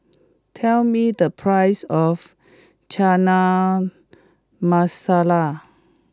tell me the price of Chana Masala